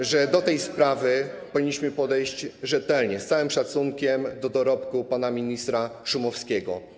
Uważam, że do tej sprawy powinniśmy podejść rzetelnie, z całym szacunkiem do dorobku pana ministra Szumowskiego.